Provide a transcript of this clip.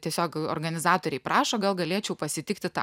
tiesiog organizatoriai prašo gal galėčiau pasitikti tą